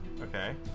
Okay